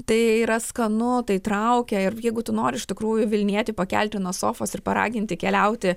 tai yra skanu tai traukia ir jeigu tu nori iš tikrųjų vilnietį pakelti nuo sofos ir paraginti keliauti